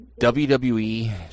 WWE